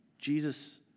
Jesus